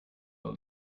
will